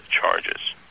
charges